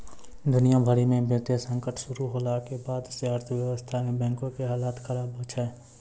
दुनिया भरि मे वित्तीय संकट शुरू होला के बाद से अर्थव्यवस्था मे बैंको के हालत खराब छै